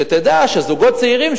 שתדע שזוגות צעירים,